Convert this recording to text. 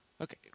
Okay